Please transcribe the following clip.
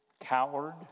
coward